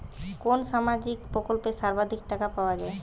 কোন সামাজিক প্রকল্পে সর্বাধিক টাকা পাওয়া য়ায়?